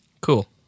Cool